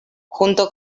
junto